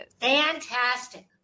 Fantastic